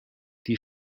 die